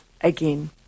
again